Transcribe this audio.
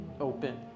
open